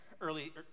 early